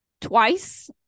twice